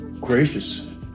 gracious